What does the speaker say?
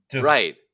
right